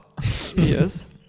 Yes